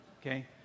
Okay